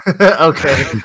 Okay